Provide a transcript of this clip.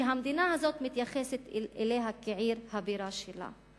שהמדינה הזאת מתייחסת אליה כעיר הבירה שלה.